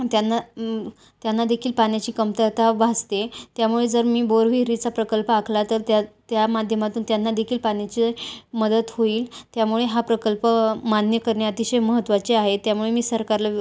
त्यांना त्यांनादेखील पाण्याची कमतरता भासते त्यामुळे जर मी बोरविहिरीचा प्रकल्प आखला तर त्या त्या माध्यमातून त्यांनादेखील पाण्याची मदत होईल त्यामुळे हा प्रकल्प मान्य करणे अतिशय महत्त्वाचे आहे त्यामुळे मी सरकारला